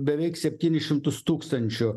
beveik septynis šimtus tūkstančių